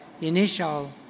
initial